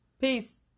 Peace